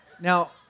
Now